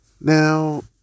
Now